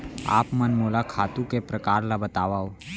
आप मन मोला खातू के प्रकार ल बतावव?